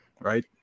right